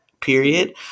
Period